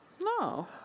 no